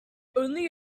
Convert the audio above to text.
only